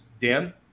dan